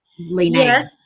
Yes